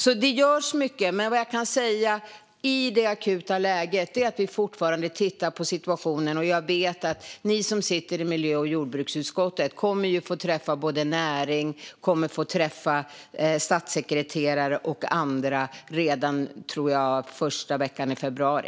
Det görs alltså mycket. Det jag kan säga i det akuta läget är att vi fortfarande tittar på situationen. Jag vet att ni som sitter i miljö och jordbruksutskottet kommer att få träffa både näring, statssekreterare och andra redan, tror jag, första veckan i februari.